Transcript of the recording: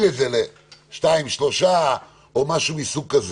את זה לשניים שלושה או משהו מהסוג הזה.